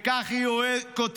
וכך היא כותבת: